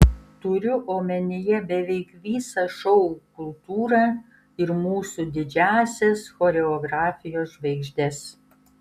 turiu omenyje beveik visą šou kultūrą ir mūsų didžiąsias choreografijos žvaigždes